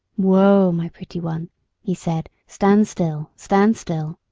whoa! my pretty one he said, stand still, stand still